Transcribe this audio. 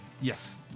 Yes